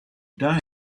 day